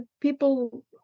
people